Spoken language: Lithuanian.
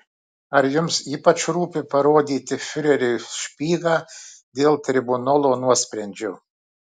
ar jums ypač rūpi parodyti fiureriui špygą dėl tribunolo nuosprendžio